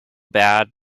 bad